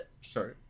Sorry